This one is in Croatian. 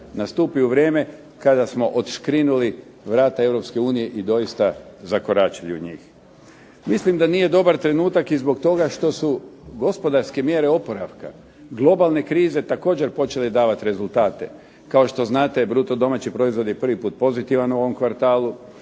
nastupi u vrijeme kada smo odškrinuli vrata Europske unije i doista zakoračili u njih. Mislim da nije dobar trenutak i zbog toga što su gospodarske mjere oporavka, globalne krize također počele davati rezultate. Kao što znate bruto domaći proizvod je prvi put pozitivan u ovom kvartalu,